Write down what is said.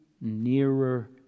nearer